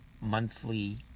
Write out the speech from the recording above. monthly